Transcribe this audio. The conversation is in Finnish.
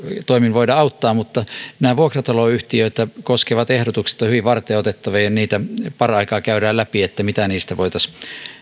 toimin voida auttaa mutta nämä vuokrataloyhtiöitä koskevat ehdotukset ovat hyvin varteenotettavia ja niitä paraikaa käydään läpi mitä niistä voitaisiin